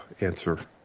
answer